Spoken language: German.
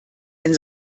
denn